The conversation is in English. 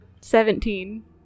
Seventeen